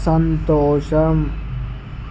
సంతోషం